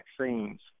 vaccines